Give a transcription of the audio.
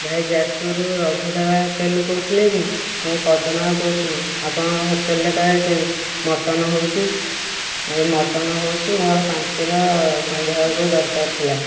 ଭାଇ ଯାଜପୁରରୁ ରଘୁ ଢାବା ହୋଟେଲରୁ କହୁଥିଲେ କି ମୁଁ ପଦନା ବାବୁ କହୁଥିଲି ଆପଣଙ୍କ ହୋଟେଲରେ କାଳେ ସେ ମଟନ୍ ହେଉଛି ମଟନ୍ ହେଉଛି ମୋର ପାଞ୍ଚ କିଲୋ ସନ୍ଧ୍ୟା ବେଳକୁ ଦରକାର ଥିଲା